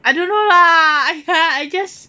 I don't know lah !aiya! I just